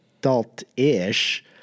adult-ish